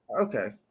Okay